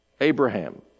Abraham